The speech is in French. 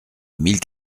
mille